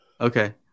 Okay